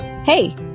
Hey